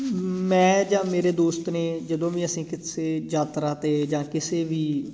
ਮੈਂ ਜਾਂ ਮੇਰੇ ਦੋਸਤ ਨੇ ਜਦੋਂ ਵੀ ਅਸੀਂ ਕਿਸੇ ਯਾਤਰਾ 'ਤੇ ਜਾਂ ਕਿਸੇ ਵੀ